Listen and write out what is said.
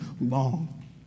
long